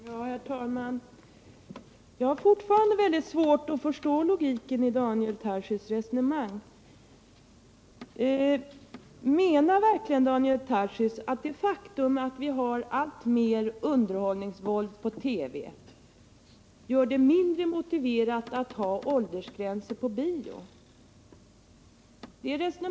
Herr talman! Jag har fortfarande väldigt svårt att förstå logiken i Daniel Tarschys resonemang. Menar verkligen Daniel Tarschys att det faktum att vi har alltmer underhållningsvåld i TV gör det mindre motiverat att ha åldersgränser på bio?